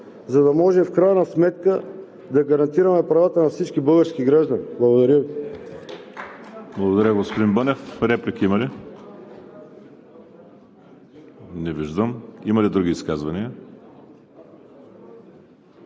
за да може в крайна сметка да гарантираме правата на всички български граждани. Благодаря Ви.